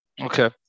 Okay